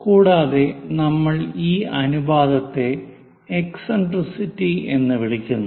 കൂടാതെ നമ്മൾ ആ അനുപാതത്തെ എക്സിൻട്രിസിറ്റി എന്ന് വിളിക്കുന്നു